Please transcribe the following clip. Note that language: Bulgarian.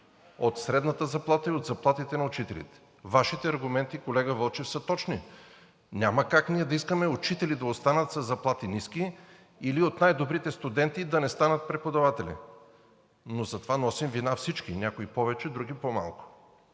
от средната заплата и от заплатите на учителите. Вашите аргументи, колега Вълчев, са точни. Няма как ние да искаме учители да останат с ниски заплати или от най-добрите студенти да не станат преподаватели. Но за това носим вина всички – някои повече, други по-малко.